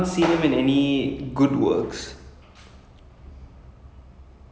okay but I watched this Netflix called err Netflix show called the witcher